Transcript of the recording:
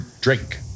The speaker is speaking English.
drink